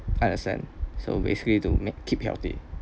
understand so basically to keep healthy